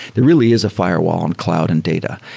there really is a firewall on cloud and data.